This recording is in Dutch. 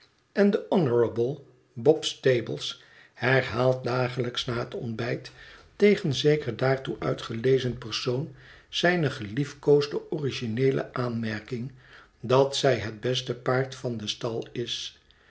en de honourable bob stables herhaalt dagelijks na het ontbijt tegen zeker daartoe uitgelezen persoon zijne geliefkoosde origineele aanmerking dat zij het beste paard van den stal is